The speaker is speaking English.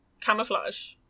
camouflage